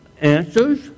answers